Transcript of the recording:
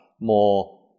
more